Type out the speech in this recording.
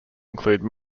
include